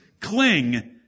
Cling